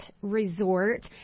resort